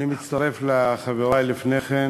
אני מצטרף לחברי לפני כן